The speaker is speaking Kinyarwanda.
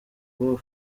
uwo